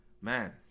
Man